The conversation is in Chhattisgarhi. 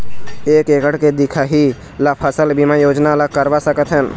एक एकड़ के दिखाही ला फसल बीमा योजना ला करवा सकथन?